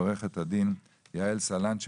עו"ד יעל סלנט,